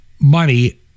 money